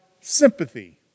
sympathy